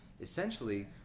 essentially